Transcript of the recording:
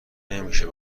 نمیشه